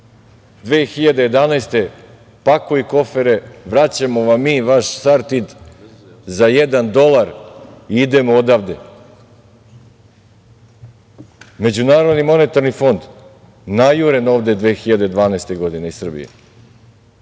godine pakuj kofere, vraćamo vam mi vaš Sartid za jedan dolar i idemo odavde.Međunarodni monetarni fond najuren ovde 2012. godine iz Srbije